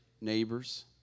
neighbors